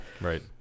Right